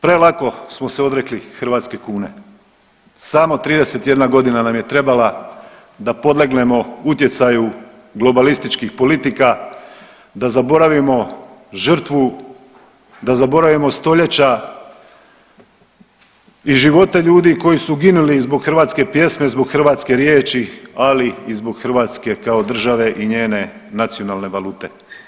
Prelako smo se odrekli hrvatske kune, samo 31.g. nam je trebala da podlegnemo utjecaju globalističkih politika, da zaboravimo žrtvu, da zaboravimo stoljeća i živote ljudi koji su ginuli zbog hrvatske pjesme, zbog hrvatske riječi, ali i zbog Hrvatske kao države i njene nacionalne valute.